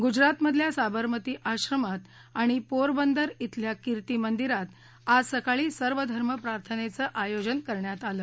गुजरातमधल्या साबरमती आश्रमात आणि पोरबंदर श्रेल्या किर्ती मंदिरात आज सकाळी सर्वधर्म प्रार्थनेचं आयोजन करण्यात आलं